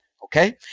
Okay